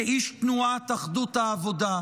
כאיש תנועת אחדות העבודה,